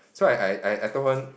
so I I I told her